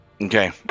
Okay